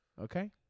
Okay